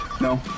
No